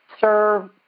serve